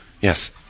Yes